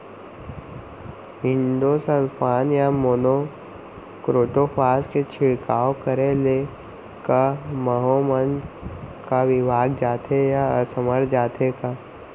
Endosulfan या monocrotophos के छिड़काव करे ले क माहो मन का विभाग जाथे या असमर्थ जाथे का?